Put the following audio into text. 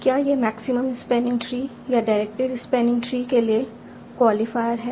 क्या यह maximum spanning tree या डायरेक्टेड स्पैनिंग ट्री के लिए क्वालीफायर है